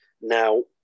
Now